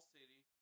City